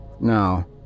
No